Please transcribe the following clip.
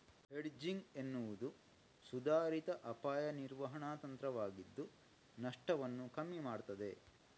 hedging ಎನ್ನುವುದು ಸುಧಾರಿತ ಅಪಾಯ ನಿರ್ವಹಣಾ ತಂತ್ರವಾಗಿದ್ದು ನಷ್ಟವನ್ನ ಕಮ್ಮಿ ಮಾಡ್ತದೆ